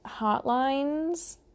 hotlines